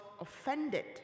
offended